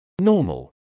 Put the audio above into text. Normal